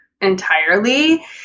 entirely